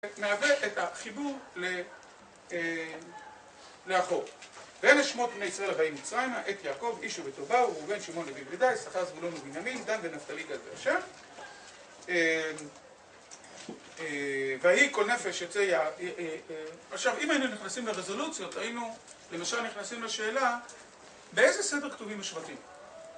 מעוות את החיבור לאחור. "ואלה שמות בני ישראל הבאים מוצרימה, את יעקב, איש וביתו באו. ראובן, שמעון, לוי ויהודה. יששכר, זבולון ובנימין. דן ונפתלי, גד ואשר. ויהי כל נפש יוצאי ירך יעקב". עכשיו, אם היינו נכנסים לרזולוציות, היינו למשל נכנסים לשאלה, באיזה סדר כתובים השבטים?